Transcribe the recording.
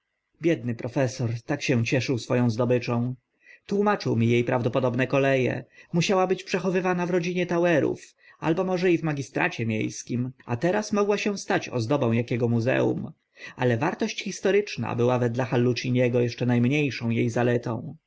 biedny profesor tak się cieszył swo ą zdobyczą tłumaczył mi e prawdopodobne kole e musiała być przechowywana w rodzinie tauerów albo może i w magistracie mie skim a teraz mogła stać się ozdobą akiego muzeum ale wartość historyczna była wedle halluciniego eszcze na mnie szą e zaletą